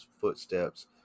footsteps